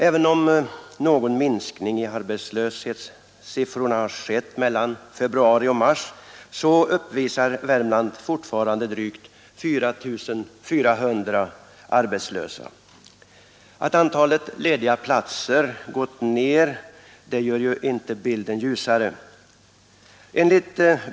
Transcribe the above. Även om arbetslösheten har minskat något mellan februari och mars, uppvisar Värmland dock fortfarande drygt 4 400 arbetslösa. Att antalet lediga platser har minskat gör inte bilden ljusare.